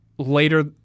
later